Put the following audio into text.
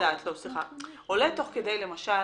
עולים תוך כדי למשל